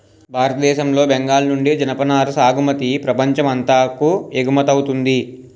భారతదేశం లో బెంగాల్ నుండి జనపనార సాగుమతి ప్రపంచం అంతాకు ఎగువమౌతుంది